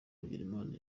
bigirimana